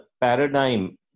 paradigm